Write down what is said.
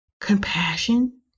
compassion